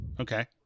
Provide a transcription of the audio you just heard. Okay